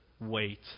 Wait